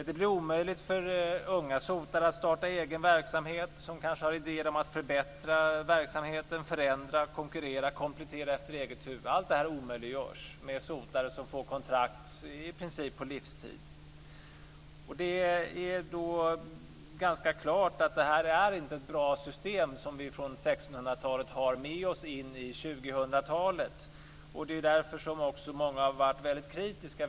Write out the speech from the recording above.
Det blir omöjligt för unga sotare att starta egen verksamhet. De har kanske idéer om att förändra och förbättra verksamheten, konkurrera, komplettera - allt efter eget huvud. Men det omöjliggörs då sotare får kontrakt i princip på livstid. Det står ganska klart att det inte är ett bra system som vi har med oss från 1600-talet och in i 2000 talet. Därför har också många varit kritiska.